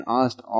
asked